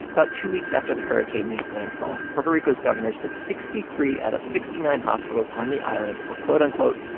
about two weeks after the hurricane made landfall, puerto rico's governor said sixty three out of sixty nine hospitals on the island were, quote-unquote,